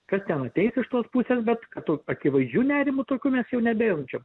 kas ten ateis iš tos pusės bet kad tų akivaizdžių nerimų tokių mes jau nebejaučiam